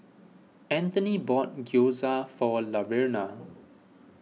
Anthoney bought Gyoza for Laverna